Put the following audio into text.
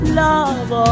love